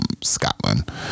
Scotland